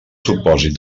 supòsit